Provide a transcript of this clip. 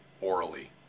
orally